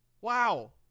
wow